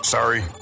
Sorry